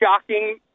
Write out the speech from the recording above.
shocking